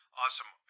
awesome